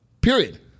Period